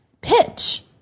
pitch